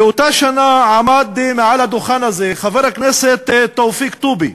באותה שנה עמד על הדוכן הזה חבר הכנסת תופיק טובי,